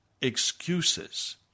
excuses